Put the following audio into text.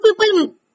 people